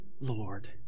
Lord